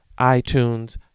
iTunes